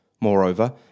Moreover